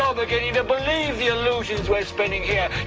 ah beginning to believe the illusions we are spinning here,